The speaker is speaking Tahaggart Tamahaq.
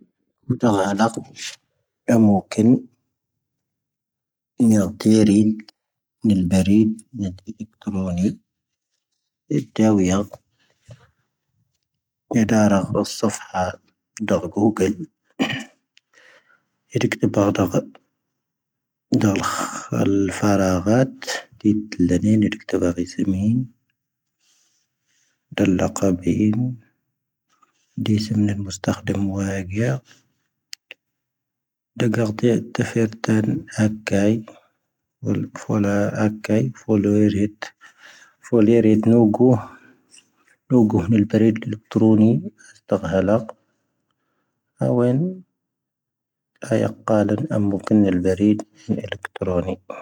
ⴷⴳⴰⴷⵉⴰ ⵜⵉⴼⵉⵔ ⵜⴰⵏ ⴰⵇⵇⴰⵉ. ⴼoⵍⴰ ⴰⵇⵇⴰⵉ ⴼoⵍⵉ ⵉⵔⵉⴷ. ⴼoⵍⵉ ⵉⵔⵉⴷ ⵏoⴳo. ⵏoⴳo ⵏⵉⵍⴱⴰⵔⴻⴷ ⴻⵍⴻⴽⵜⵔoⵏⵉ. ⴰⵙⵜⴰⴳⵀⴰⵍⴰ. ⴰⵡⴻⵏ. ⴰⵢⴰⴽⵇⴰⵍⴻⵏ ⴰⵎⵎoⴽⵉⵏ ⵏⵉⵍⴱⴰⵔⴻⴷ ⴻⵍⴻⴽⵜⵔoⵏⵉ.